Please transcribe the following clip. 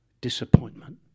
disappointment